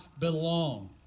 belong